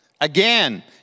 Again